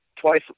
twice